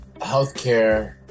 healthcare